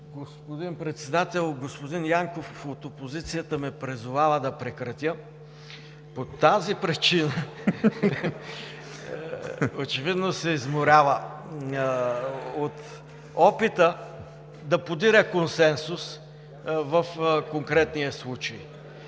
Господин Председател, господин Янков от опозицията ме призовава да прекратя. По тази причина… (Оживление и смях.) Очевидно се изморява! От опита да подиря консенсус в конкретния случай,